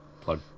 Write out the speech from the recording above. plug